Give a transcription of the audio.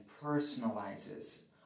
personalizes